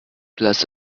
glass